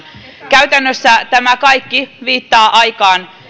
käytännössä tämä kaikki viittaa aikaan